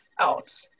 out